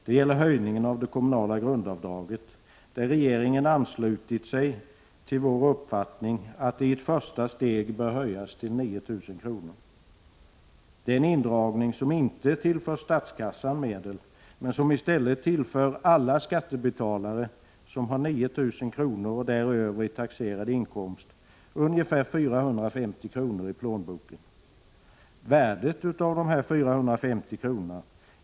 Det gäller höjningen av det kommunala grundavdraget, där regeringen anslutit sig till vår uppfattning att det i ett första steg bör höjas till 9 000 kr. Det är en indragning som inte tillför statskassan medel men som i stället tillför alla skattebetalare som har 9 000 och däröver i taxerad inkomst ca 450 kr. i plånboken. Värdet av dessa 450 kr.